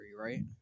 right